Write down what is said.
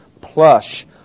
plush